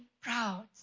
proud